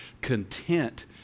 content